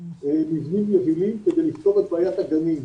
מבנים יבילים כדי לפתור את בעיית הגנים.